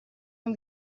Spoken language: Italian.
non